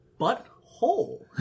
Butthole